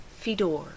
Fedor